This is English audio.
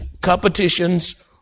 competitions